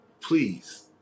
please